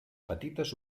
petites